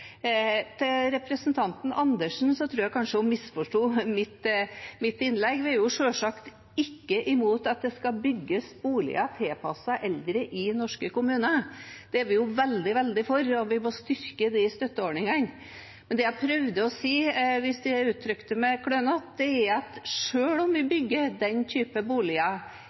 tror kanskje representanten Andersen misforsto mitt innlegg. Vi er selvsagt ikke imot at det skal bygges boliger tilpasset eldre i norske kommuner. Det er vi jo veldig for. Vi må styrke de støtteordningene. Men det jeg prøvde å si – hvis jeg uttrykte meg klønete – er at selv om man bygger den typen boliger